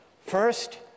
First